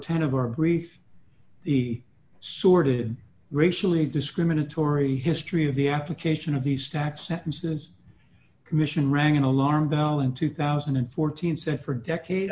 ten of our brief the sorted racially discriminatory history of the application of these tax sentences commission rang alarm bell in two thousand and fourteen set for decade